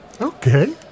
Okay